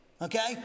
okay